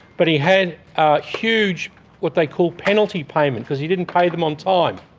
but he had a huge what they call penalty payment because he didn't pay them on time.